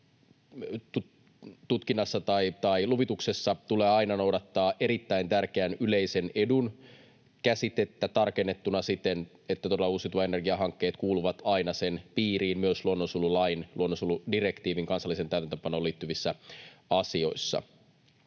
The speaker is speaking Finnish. tutkinnassa tai luvituksessa tulee aina noudattaa erittäin tärkeän yleisen edun käsitettä tarkennettuna siten, että todella uusiutuvan energian hankkeet kuuluvat aina sen piiriin myös luonnonsuojelulain luonnonsuojeludirektiivin kansalliseen täytäntöönpanoon liittyvissä asioissa.